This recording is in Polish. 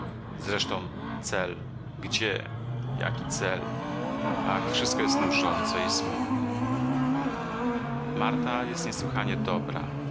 zresztą cel gdzie jaki cel ach wszystko jest nużące i smutne marta jest niesłychanie dobra